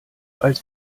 als